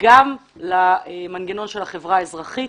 גם למנגנון של החברה האזרחית,